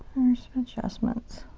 some adjustments.